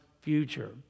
future